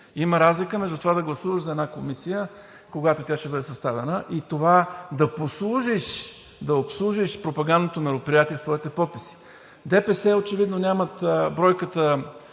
Има разлика между това да гласуваш за една комисия, когато тя ще бъде съставена, и това да обслужиш пропагандното мероприятие със своите подписи. ДПС очевидно нямат бройката